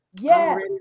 Yes